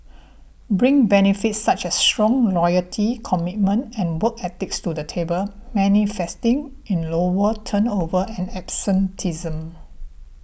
bring benefits such as strong loyalty commitment and work ethics to the table manifesting in lower turnover and absenteeism